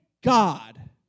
God